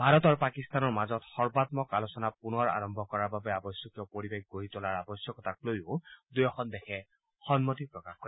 ভাৰত আৰু পাকিস্তানৰ মাজত সৰ্বামক আলোচনা পুনৰ আৰম্ভ কৰাৰ বাবে আৱশ্যকীয় পৰিৱেশ গঢ়ি তোলাৰ আৱশ্যতাক লৈও দুয়োখন দেশে সন্মতি প্ৰকাশ কৰে